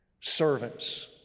Servants